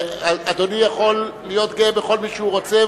אדוני יכול להיות גאה בכל מי שהוא רוצה,